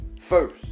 first